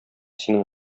синең